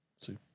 see